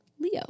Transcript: Leo